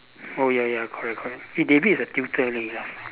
oh ya ya correct correct eh David is a tutor leh last time